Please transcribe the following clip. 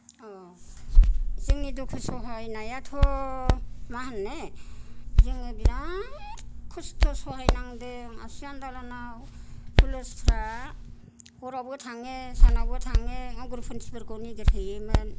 अ जोंनि दुखु सहायनायाथ' मा होननो जोङो बिराद कस्त' सहायनांदों आबसु आन्दलनाव फुलिस फ्रा हरावबो थाङो सानावबो थाङो उग्रपन्थिफोरखौ नेगिरहैयोमोन